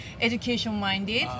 education-minded